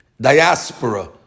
Diaspora